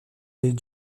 des